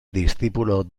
discípulo